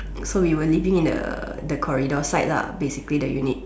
so we were living in the the corridor side lah basically the unit